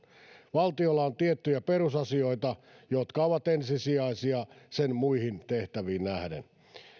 valtiolla on tiettyjä perusasioita jotka ovat ensisijaisia sen muihin tehtäviin nähden